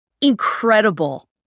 incredible